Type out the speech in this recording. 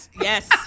Yes